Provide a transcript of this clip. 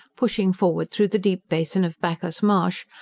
pushing forward through the deep basin of bacchus's marsh,